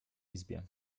izbie